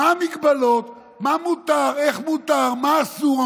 מה ההגבלות, מה מותר, איך מותר, מה אסור.